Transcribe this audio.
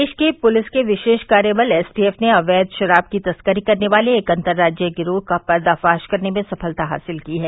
प्रदेश police के विशेष कार्य बल एसटीएफ़ ने अवैध शराब की तस्करी करने वाले एक अन्तर्राज्यीय गिरोह का पर्दाफाश करने में सफलता हासिल की है